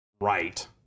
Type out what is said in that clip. right